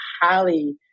highly